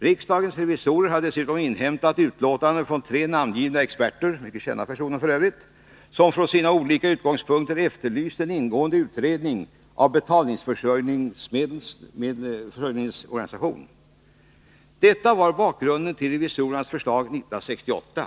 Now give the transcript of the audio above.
Riksdagens revisorer hade dessutom inhämtat utlåtanden från tre namn givna experter — f. ö. mycket kända personer —, som från sina olika utgångspunkter efterlyste en ingående utredning av betalningsmedelsförsörjningens organisation. Detta var bakgrunden till revisorernas förslag 1968.